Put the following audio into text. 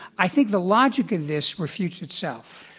i think the logic in this refutes itself.